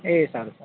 એ સારું સારું